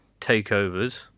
takeovers